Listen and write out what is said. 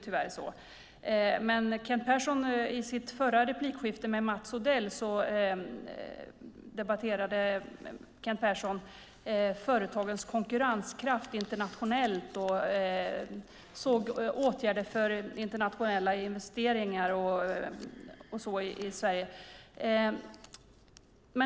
Han debatterade i sitt förra replikskifte med Mats Odell företagens konkurrenskraft internationellt. Han såg åtgärder för internationella investeringar och så vidare i Sverige.